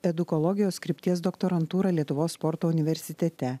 edukologijos krypties doktorantūrą lietuvos sporto universitete